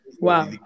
Wow